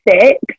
six